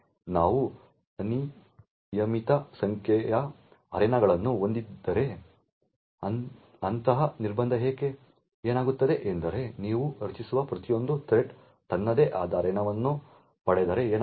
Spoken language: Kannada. ನಾವು ಅನಿಯಮಿತ ಸಂಖ್ಯೆಯ ಅರೇನಾಗಳನ್ನು ಹೊಂದಿದ್ದರೆ ಏನಾಗುತ್ತದೆ ಅಂದರೆ ನೀವು ರಚಿಸುವ ಪ್ರತಿಯೊಂದು ಥ್ರೆಡ್ ತನ್ನದೇ ಆದ ಅರೆನಾವನ್ನು ಪಡೆದರೆ ಏನಾಗುತ್ತದೆ